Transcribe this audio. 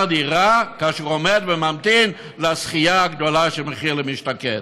דירה כאשר הוא עומד וממתין לזכייה הגדולה של מחיר למשתכן,